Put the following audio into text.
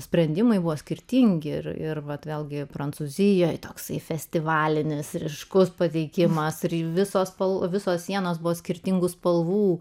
sprendimai buvo skirtingi ir ir vat vėlgi prancūzijoje toksai festivalinis ryškus pateikimas turi visos spalvų visos sienos buvo skirtingų spalvų